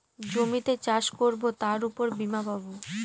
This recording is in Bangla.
জমিতে চাষ করবো তার উপর বীমা পাবো